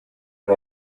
and